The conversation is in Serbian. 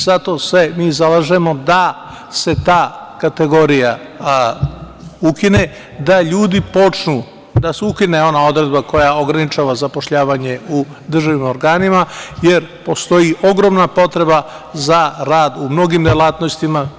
Zato se mi zalažemo da se ta kategorija ukine, da se ukine ona odredba koja ograničava zapošljavanje u državnim organima, jer postoji ogromna potreba za rad u mnogim delatnostima.